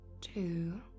two